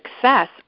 success